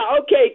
Okay